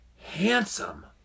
handsome